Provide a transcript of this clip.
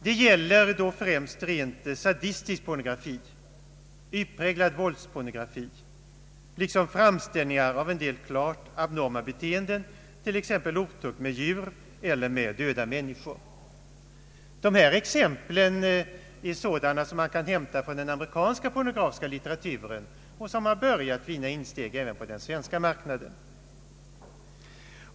Det gäller då främst rent sadistisk pornografi, utpräglad våldspornografi, liksom framställningar av en del klart abnorma beteenden, t.ex. otukt med djur eller döda människor. Exempel som dessa kan man hitta i den amerikanska pornografiska litteraturen, och de har börjat vinna insteg även på den svenska marknaden.